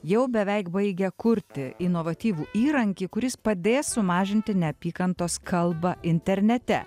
jau beveik baigia kurti inovatyvų įrankį kuris padės sumažinti neapykantos kalbą internete